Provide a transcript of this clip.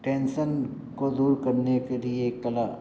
tension को दूर करने के लिए एक कला